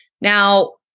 Now